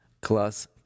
class